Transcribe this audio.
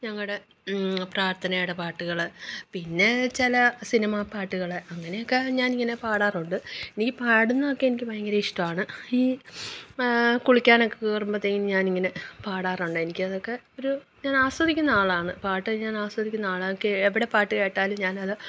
ഞങ്ങളുടെ പ്രാർത്ഥനയുടെ പാട്ടുകൾ പിന്നെ ചില സിനിമ പാട്ടുകൾ അങ്ങനെയൊക്കെ ഞാനിങ്ങനെ പാടാറുണ്ട് എനിക്ക് പാടുന്നതൊക്കെ എനിക്ക് ഭയങ്കര ഇഷ്ടമാണ് ഈ കുളിക്കാനൊക്കെ കയറുമ്പോഴത്തേക്കിനും ഞാനിങ്ങനെ പാടാറുണ്ട് എനിക്കതൊക്കെ ഒരു ഞാൻ ആസ്വദിക്കുന്ന ആളാണ് പാട്ടു ഞാൻ ആസ്വദിക്കുന്ന ആളാണ് കേ എവിടെ പാട്ടു കേട്ടാലും ഞാനത്